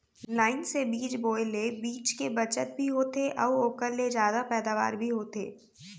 line से बीज बोए ले बीच के बचत भी होथे अउ ओकर ले जादा पैदावार भी होथे